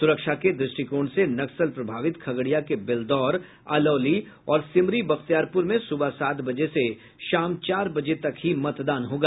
सुरक्षा के दृष्टिकोण से नक्सल प्रभावित खगड़िया के बेलदौर अलौली और सिमरी बख्तियारपुर में सुबह सात बजे से शाम चार बजे तक ही मतदान होगा